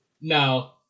No